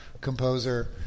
composer